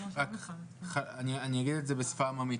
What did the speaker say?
ואני אגיד בשפה עממית